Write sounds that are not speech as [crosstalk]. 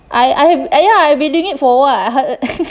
I I ya I've been doing it for a while [laughs]